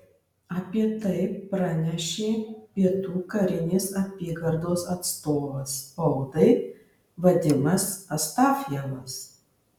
apie tai pranešė pietų karinės apygardos atstovas spaudai vadimas astafjevas